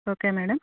okay madam